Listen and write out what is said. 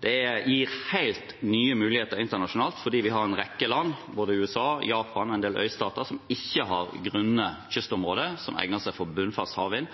Det gir helt nye muligheter internasjonalt, fordi vi har en rekke land – både USA, Japan og en del øystater som ikke har grunne kystområder – som egner seg for bunnfast havvind.